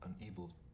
unable